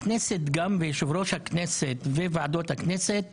הכנסת וגם יושב-ראש הכנסת וועדות הכנסת